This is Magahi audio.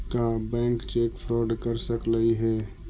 का बैंक भी चेक फ्रॉड कर सकलई हे?